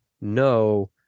No